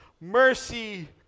mercy